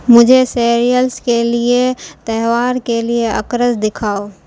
مجھے سیریئلس کے لیے تہوار کے لیے اقرز دکھاؤ